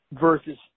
versus